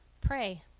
pray